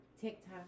TikTok